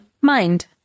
MIND